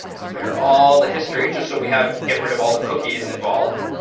clear all the history, just so we have get rid of all the cookies involved.